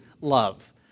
love